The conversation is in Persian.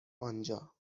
آنجا